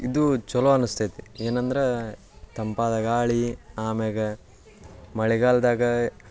ಇದು ಚಲೋ ಅನಿಸ್ತೈತೆ ಏನಂದ್ರೆ ತಂಪಾದ ಗಾಳಿ ಆಮ್ಯಾಲ ಮಳೆಗಾಲದಾಗ